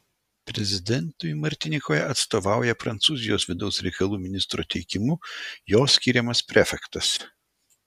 prezidentui martinikoje atstovauja prancūzijos vidaus reikalų ministro teikimu jo skiriamas prefektas